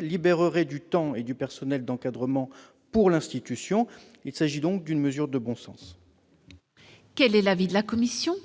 libérerait du temps et du personnel d'encadrement pour l'institution. Il s'agit par conséquent d'une mesure de bon sens. Quel est l'avis de la commission ?